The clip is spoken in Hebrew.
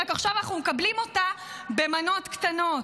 רק שעכשיו אנחנו מקבלים אותה במנות קטנות.